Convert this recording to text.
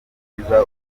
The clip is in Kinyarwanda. umukobwa